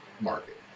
market